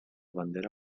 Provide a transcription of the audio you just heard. bandera